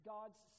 God's